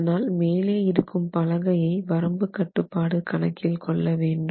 அதனால்மேலே இருக்கும் பலகையை வரம்பு கட்டுப்பாடு கணக்கில் கொள்ள வேண்டும்